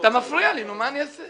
אתה מפריע לי, מה אני אעשה?